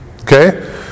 Okay